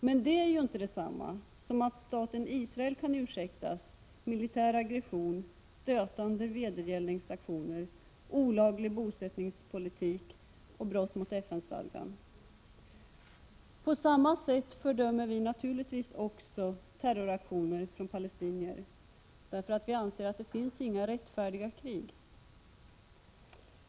Men det är inte detsamma som att staten Israel kan ursäktas militär aggression, stötande vedergällningsaktioner, olaglig bosättningspolitik och brott mot FN-stadgan. På samma sätt fördömer vi naturligtvis också terroraktioner av palestinier. Vi anser att det inte finns några rättfärdiga krig!